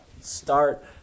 Start